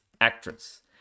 actress